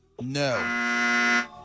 No